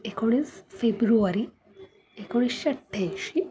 एकोणीस फेब्रुवारी एकोणीसशे अठ्ठ्याऐंशी